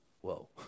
Whoa